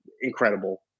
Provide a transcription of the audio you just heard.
incredible